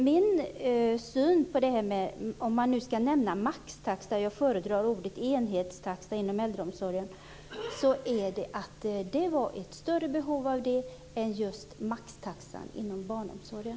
Min syn på detta - om vi nu ska nämna maxtaxa, jag föredrar ordet enhetstaxa inom äldreomsorg - är att det finns ett större behov av enhetstaxa än just maxtaxan inom barnomsorgen.